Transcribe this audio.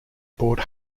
bought